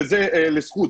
וזה לזכות,